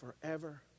forever